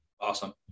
Awesome